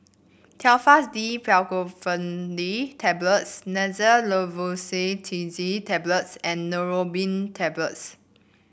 Telfast D Fexofenadine Tablets Xyzal Levocetirizine Tablets and Neurobion Tablets